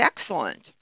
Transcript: excellent